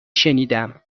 شنیدم